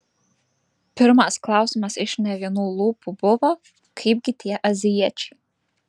pirmas klausimas iš ne vienų lūpų buvo kaipgi tie azijiečiai